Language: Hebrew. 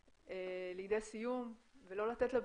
ב-2017.